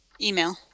Email